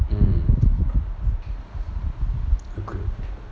mm oh good